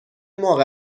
موقع